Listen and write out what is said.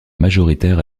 majoritaire